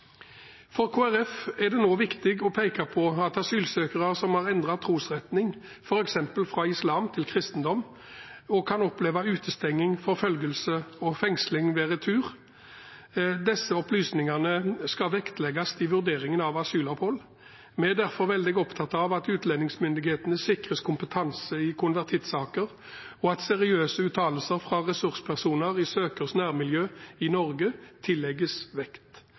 Kristelig Folkeparti er det nå viktig å peke på at asylsøkere som har endret trosretning, f.eks. fra islam til kristendom, kan oppleve utestenging, forfølgelse og fengsling ved retur. Disse opplysningene skal vektlegges i vurderingen av asylopphold. Vi er derfor veldig opptatt av at utlendingsmyndighetene sikres kompetanse i konvertittsaker, og at seriøse uttalelser fra ressurspersoner i søkers nærmiljø i Norge tillegges vekt.